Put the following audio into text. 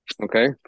Okay